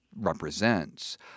represents